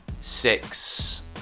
Six